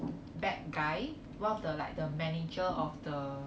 bad guy one of the like the manager of the